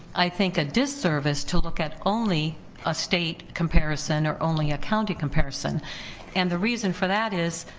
i think a disservice to look at only a state comparison or only a county comparison and the reason for that is,